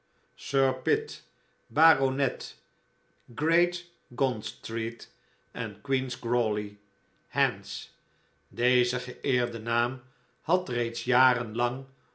baronet great gaunt street en queen's crawley hants deze geeerde naam had reeds